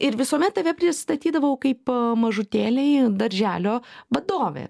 ir visuomet tave pristatydavau kaip mažutėliai darželio vadovė